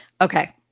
Okay